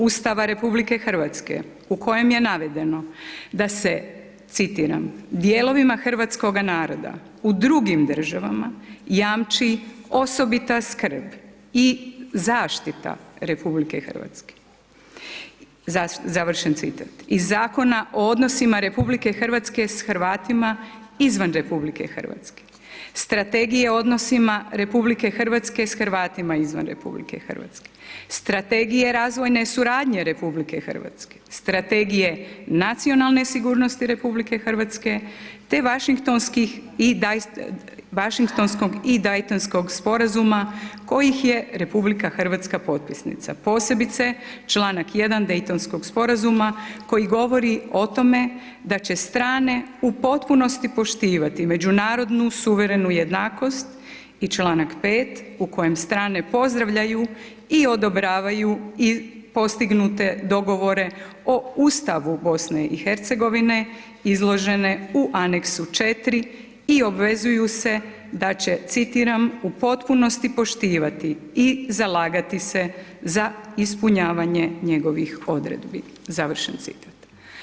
Ustava RH u kojem je navedeno da se citiram“ Dijelovima hrvatskoga naroda u drugim državama jamči osobita skrb i zaštita RH“, završen citat i Zakona o odnosima RH s Hrvatima izvan RH, Strategija o odnosima RH sa Hrvatima izvan RH, Strategija razvoje suradnje RH, Strategije nacionalne sigurnosti RH te Washingtonskog i Daytonskog sporazuma kojih je RH potpisnica posebice članak 1. Daytonskog sporazuma koji govori o tome da će strane u potpunosti poštivati međunarodnu suverenu jednakost i članak 5. u kojem strane pozdravljaju i odobravaju i postignute dogovore o Ustavu BiH-a izložene u Aneksu 4 i obvezuju se da će citiram „u potpunosti poštovati i zalagati se ispunjavanje njegovih odredbi“, završen citat.